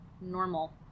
normal